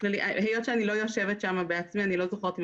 היות ואני לא יושבת שם בעצמי אני לא זוכרת אם